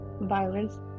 violence